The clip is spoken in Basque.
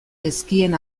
ezkien